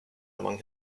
among